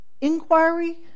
inquiry